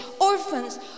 orphans